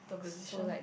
the position